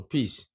Peace